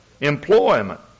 employment